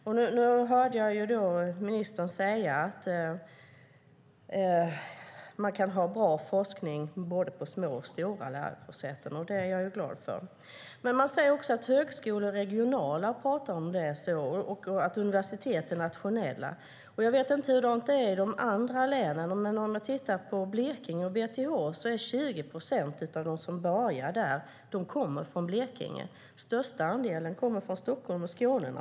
Jag hörde ministern säga att det kan vara bra forskning på både små och stora lärosäten. Det är jag glad för. Men man säger också att högskolor är regionala och att universitet är nationella. Jag vet inte hur det är i de andra länen. Om man tittar på Blekinge och BTH ser man att 20 procent av dem som börjar där kommer från Blekinge. Den största andelen kommer från Stockholm och Skåne.